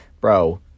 Bro